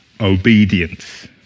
obedience